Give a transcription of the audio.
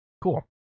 cool